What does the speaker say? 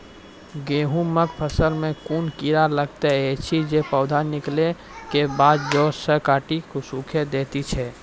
गेहूँमक फसल मे कून कीड़ा लागतै ऐछि जे पौधा निकलै केबाद जैर सऽ काटि कऽ सूखे दैति छै?